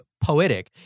poetic